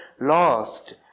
lost